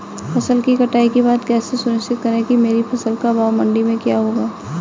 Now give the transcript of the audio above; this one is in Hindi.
फसल की कटाई के बाद कैसे सुनिश्चित करें कि मेरी फसल का भाव मंडी में क्या होगा?